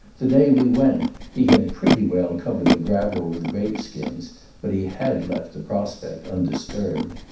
the day we went he had pretty well covered the gravel with grape-skins but he had left the prospect undisturbed.